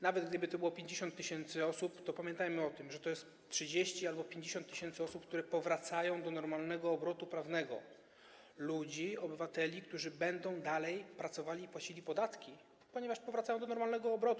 Nawet gdyby to było 50 tys. osób, to pamiętajmy o tym, że to jest 30 albo 50 tys. osób, które powracają do normalnego obrotu prawnego - ludzi, obywateli, którzy będą dalej pracowali i płacili podatki, ponieważ powracają do normalnego obrotu.